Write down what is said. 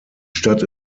stadt